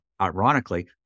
Ironically